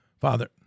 Father